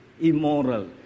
immoral